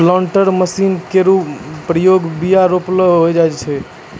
planters machine केरो प्रयोग बीया रोपै ल होय छै